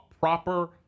proper